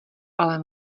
ale